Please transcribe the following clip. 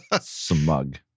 Smug